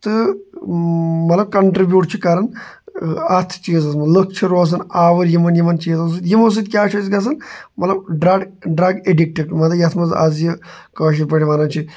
تہٕ مطلب کَنٹِرٛبیوٗٹ چھِ کَران اَتھ چیٖزَس منٛز لُکھ چھِ روزان آوُر یِمَن یِمَن چیٖزَن سۭتۍ یِمو سۭتۍ کیاہ چھُ اَسہِ گژھان مطلب ڈرٛڈ ڈرٛگ ایڈِکٹ مطلب یَتھ منٛز اَز یہِ کٲشِر پٲٹھۍ وَنان چھِ